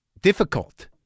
difficult